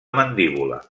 mandíbula